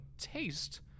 taste